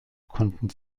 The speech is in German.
konnten